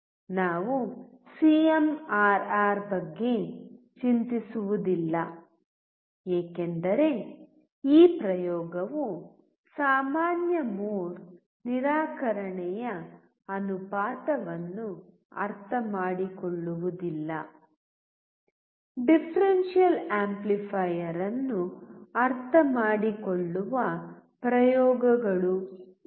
ನಾವು ಸಿಎಮ್ಆರ್ಆರ್ ಬಗ್ಗೆ ಚಿಂತಿಸುವುದಿಲ್ಲ ಏಕೆಂದರೆ ಈ ಪ್ರಯೋಗವು ಸಾಮಾನ್ಯ ಮೋಡ್ ನಿರಾಕರಣೆಯ ಅನುಪಾತವನ್ನು ಅರ್ಥಮಾಡಿಕೊಳ್ಳುವುದಿಲ್ಲ ಡಿಫರೆನ್ಷಿಯಲ್ ಆಂಪ್ಲಿಫಯರ್ ಅನ್ನು ಅರ್ಥಮಾಡಿಕೊಳ್ಳುವ ಪ್ರಯೋಗಗಳು ಇವು